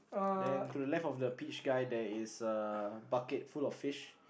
then to the left of the peach guy there is a bucket full of fish